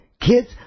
kids